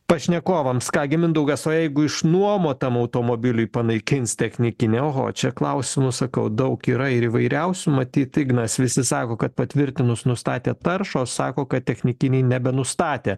pašnekovams ką gi mindaugas o jeigu išnuomotam automobiliui panaikins technikinę oho čia klausimų sakau daug yra ir įvairiausių matyt ignas visi sako kad patvirtinus nustatę taršos sako kad technikiniai nebenustatę